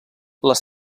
les